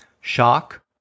Shock